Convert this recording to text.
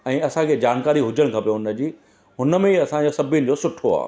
ऐं असांखे जानकारी हुजणु खपे हुन जी हुन में ई असांजो सभु ईंदो सुठो आहे